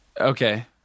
Okay